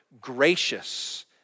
gracious